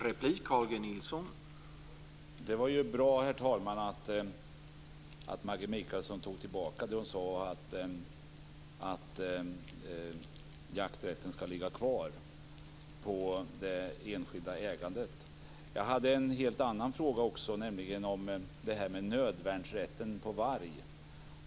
Herr talman! Det var bra att Maggi Mikaelsson tog tillbaka det hon sade och att jakträtten ska ligga kvar på det enskilda ägandet. Jag hade en helt annan fråga också, nämligen om nödvärnsrätten på varg.